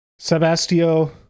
Sebastio